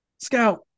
Scout